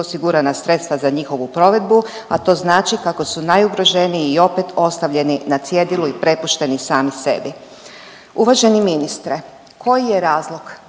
osigurana sredstva za njihovu provedbu, a to znači kako su najugroženiji i opet ostavljeni na cjedilu i prepušteni sami sebi. Uvaženi ministre, koji je razlog